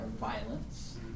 Violence